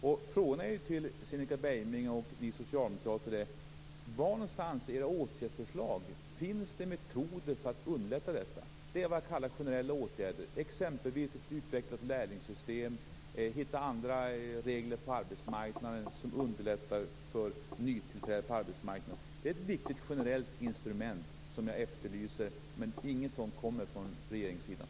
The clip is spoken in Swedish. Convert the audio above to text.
En fråga till Cinnika Beiming och socialdemokraterna är: Var i era åtgärdsförslag finns det metoder för att underlätta detta - generella åtgärder, exempelvis ett utvecklat lärlingssystem eller andra regler på arbetsmarknaden som underlättar nytillträde på arbetsmarknaden? Det är ett viktigt generellt instrument som jag efterlyser men inget sådant kommer från regeringssidan.